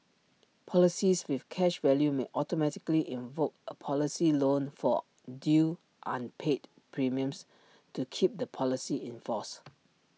policies with cash value may automatically invoke A policy loan for due unpaid premiums to keep the policy in force